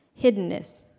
hiddenness